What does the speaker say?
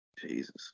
Jesus